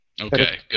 Okay